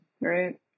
Right